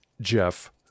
Jeff